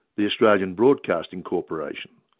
the australian broadcasting corporation,